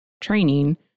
training